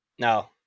No